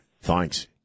Thanks